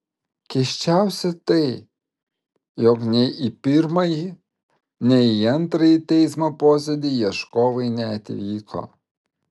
keisčiausia tai jog nei į pirmąjį nei į antrąjį teismo posėdį ieškovai neatvyko